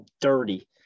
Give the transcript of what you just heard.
dirty